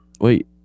Wait